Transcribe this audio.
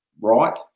right